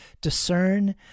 discern